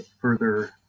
further